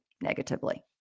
negatively